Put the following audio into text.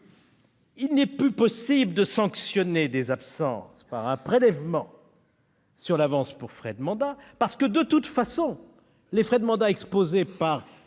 il n'est plus possible de sanctionner des absences par un prélèvement sur l'avance pour frais de mandat, parce que, de toute façon, les frais de mandat de